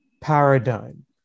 paradigm